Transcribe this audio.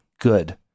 good